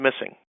missing